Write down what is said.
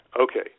Okay